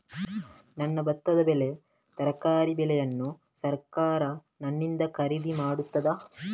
ನನ್ನ ಭತ್ತದ ಬೆಳೆ, ತರಕಾರಿ ಬೆಳೆಯನ್ನು ಸರಕಾರ ನನ್ನಿಂದ ಖರೀದಿ ಮಾಡುತ್ತದಾ?